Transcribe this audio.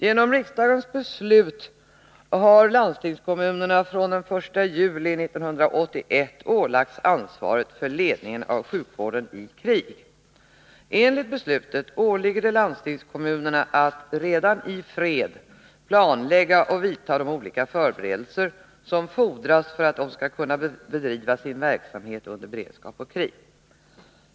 Genom riksdagens beslut har landstingskommunerna från den 1 juli 1981 ålagts ansvaret för ledningen av sjukvården i krig. Enligt beslutet åligger det landstingskommunerna att redan i fred planlägga och vidta de olika förberedelser som fordras för att de skall kunna bedriva sin verksamhet under beredskap och krig.